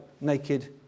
naked